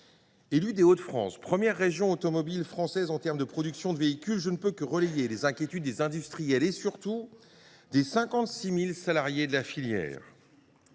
Élu des Hauts de France, première région automobile française en termes de production de véhicules, je ne peux que relayer les inquiétudes des industriels et surtout des 56 000 salariés de la filière.